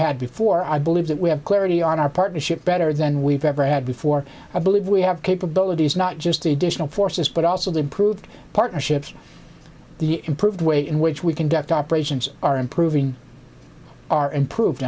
had before i believe that we have clarity on our partnership better than we've ever had before i believe we have capabilities not just the additional forces but also the improved partnerships the improved way in which we conduct operations are improving our improved